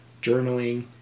journaling